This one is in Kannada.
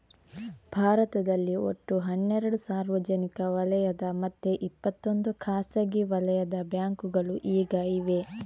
ಭಾರತದಲ್ಲಿ ಒಟ್ಟು ಹನ್ನೆರಡು ಸಾರ್ವಜನಿಕ ವಲಯದ ಮತ್ತೆ ಇಪ್ಪತ್ತೊಂದು ಖಾಸಗಿ ವಲಯದ ಬ್ಯಾಂಕುಗಳು ಈಗ ಇವೆ